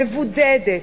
מבודדת,